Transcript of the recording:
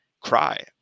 cry